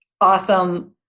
awesome